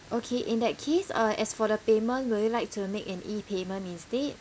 okay in that case uh as for the payment will you like to make an E payment instead